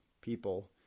people